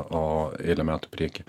o eilę metų į priekį